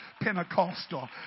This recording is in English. Pentecostal